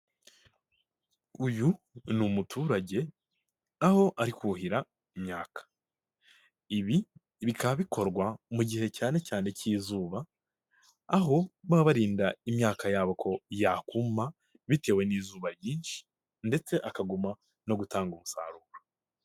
Uyu ni umuturage aho ari kuhira imyaka ibi bikaba bikorwa mu gihe cyane cyane cy'izuba aho baba barinda imyaka yabo ko yakuma bitewe n'izuba ryinshi ndetse akaguma no gutanga umusaruro.